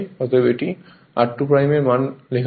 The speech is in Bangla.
অতএব এটি r2 এর মানে লেখা যাবে